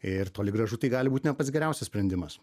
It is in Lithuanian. ir toli gražu tai gali būti ne pats geriausias sprendimas